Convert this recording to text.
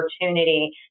opportunity